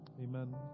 Amen